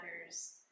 matters